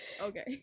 Okay